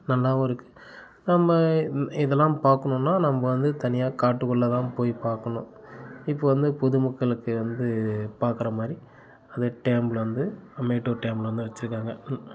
நல்லாவும் இருக்குது நம்ம இ இதெல்லாம் பார்க்கணுன்னா நம்ம வந்து தனியாக காட்டுக்குள்ளே தான் போய் பார்க்கணும் இப்போ வந்து பொது மக்களுக்கு வந்து பார்க்குற மாதிரி அந்த டேமில் வந்து மேட்டூர் டேமில் வந்து வச்சிருக்காங்க